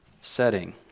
setting